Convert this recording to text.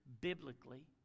biblically